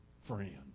Friend